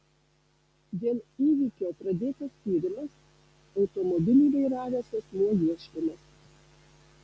dėl įvykio pradėtas tyrimas automobilį vairavęs asmuo ieškomas